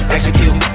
Execute